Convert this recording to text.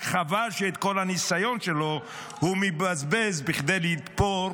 רק חבל שאת כל הניסיון שלו הוא מבזבז בכדי לתפור